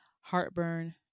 heartburn